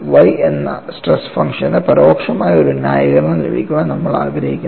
Y എന്ന stress ഫംഗ്ഷന് പരോക്ഷമായ ഒരു ന്യായീകരണം ലഭിക്കാൻ നമ്മൾ ആഗ്രഹിക്കുന്നു